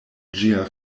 ĝia